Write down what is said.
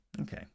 Okay